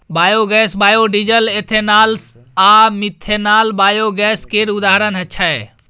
biogas, biodiesel, ethanol आ methanol biogas केर उदाहरण छै